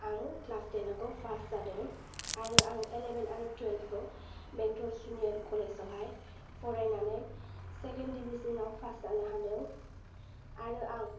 आं class ten खौ pass जादों आरो आं इलेभेन आरो टुयेल्बखौ बेंथल जुनियार कलेजावहाय फरायनानै सेकेन्ड डिभिसन आव पास जानो हादों आरो आं